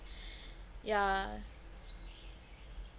yeah